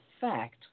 fact